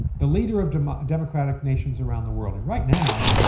the leader of um ah democratic nations around the world. and right now,